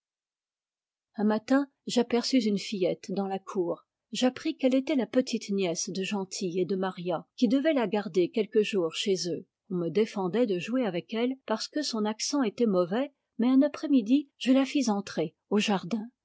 un matin j'aperçus une fillette dans la cour j'appris qu'elle était la petite nièce de gentil et de maria qui devaient la garder quelques jours chez eux on me défendait de jouer avec elle parce que son accent était mauvais mais un après-midi je la fis entrer au jardin